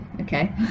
okay